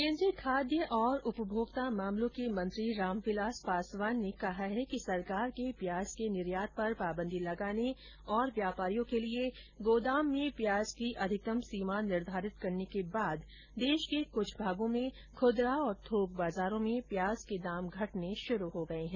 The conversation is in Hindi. केंद्रीय खाद्य और उपभोक्ता मामलों के मंत्री रामविलास पासवान ने कहा है कि सरकार के प्याज के निर्यात पर पाबंदी लगाने और व्यापारियों के लिए गोदाम में प्याज की अधिकतम सीमा निर्धारित करने के बाद देश के कुछ भागों में खुदरा और थोक बाजारों में प्याज के दाम घटने शुरू हो गए हैं